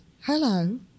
hello